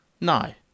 No